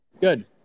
Good